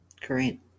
Great